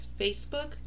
Facebook